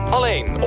Alleen